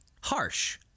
harsh